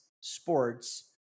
sports